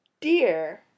dear